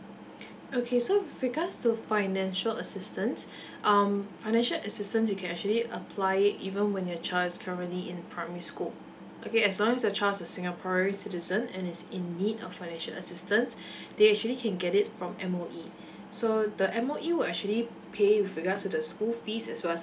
okay so with regards to financial assistance um financial assistance you can actually apply it even when your child is currently in primary school okay as long as your child is a singaporean citizen and is in need of financial assistance they actually can get it from M_O_E so the M_O_E will actually pay with regards to the school fees as well as